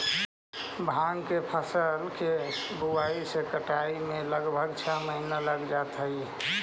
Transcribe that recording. भाँग के फसल के बुआई से कटाई तक में छः महीना लग जा हइ